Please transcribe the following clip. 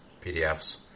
pdfs